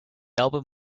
album